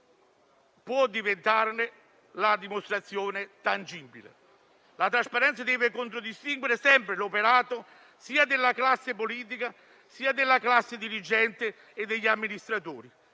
può diventarne la dimostrazione tangibile. La trasparenza deve contraddistinguere sempre l'operato sia della classe politica sia della classe dirigente e degli amministratori;